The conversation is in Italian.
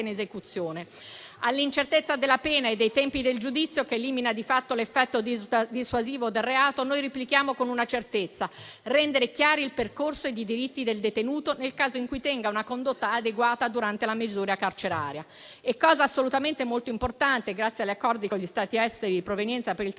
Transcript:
All'incertezza della pena e dei tempi del giudizio, che elimina di fatto l'effetto dissuasivo del reato, noi replichiamo con una certezza: rendere chiaro il percorso e i diritti del detenuto nel caso in cui tenga una condotta adeguata durante la misura carceraria. Cosa assolutamente molto importante, grazie agli accordi con gli Stati esteri di provenienza per il trasferimento